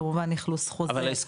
כמובן אכלוס חוזר.